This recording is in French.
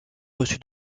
reçu